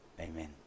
Amen